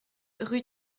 rue